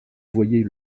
voyait